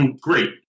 great